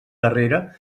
darrere